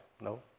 No